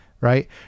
right